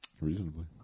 Reasonably